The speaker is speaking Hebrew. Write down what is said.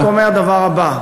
אני רק אומר הדבר הבא,